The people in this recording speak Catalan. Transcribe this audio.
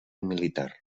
militar